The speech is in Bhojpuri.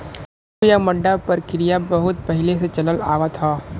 मड्डू या मड्डा परकिरिया बहुत पहिले से चलल आवत ह